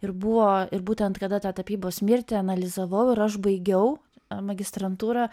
ir buvo ir būtent kada tą tapybos mirtį analizavau ir aš baigiau magistrantūrą